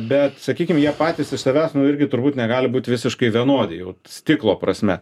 bet sakykim jie patys iš savęs nu irgi turbūt negali būt visiškai vienodi jau stiklo prasme